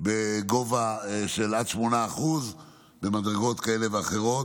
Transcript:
בגובה של עד 8% במדרגות כאלה ואחרות.